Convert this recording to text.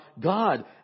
God